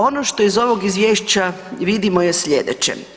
Ono što iz ovog izvješća vidimo je slijedeće.